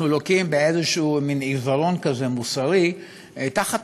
אנחנו לוקים באיזה מין עיוורון כזה, מוסרי, תחת